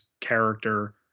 character